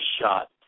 shot